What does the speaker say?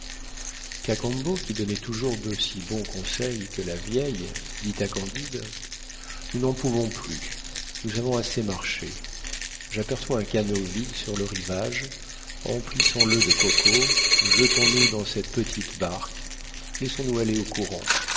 cacambo qui donnait toujours d'aussi bons conseils que la vieille dit à candide nous n'en pouvons plus nous avons assez marché j'aperçois un canot vide sur le rivage emplissons le de cocos jetons nous dans cette petite barque laissons-nous aller au courant